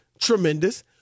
tremendous